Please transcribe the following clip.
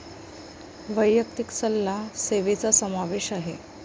वैयक्तिक सल्ला सेवेचा समावेश आहे